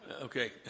Okay